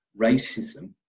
racism